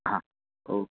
હા ઓકે